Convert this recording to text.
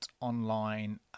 online